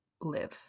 live